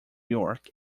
york